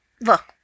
look